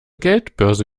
geldbörse